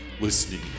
listening